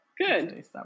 Good